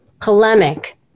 polemic